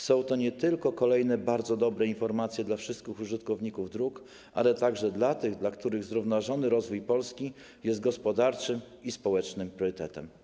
Są to nie tylko kolejne bardzo dobre informacje dla wszystkich użytkowników dróg, ale także dla tych, dla których zrównoważony rozwój Polski jest gospodarczym i społecznym priorytetem.